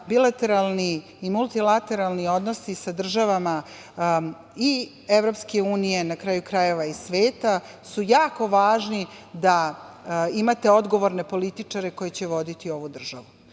bilateralni i multilateralni odnosi sa državama i Evropske unije, na kraju krajeva, i sveta su jako važni, da imate odgovorne političare koji će voditi ovu